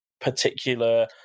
particular